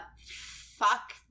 fuck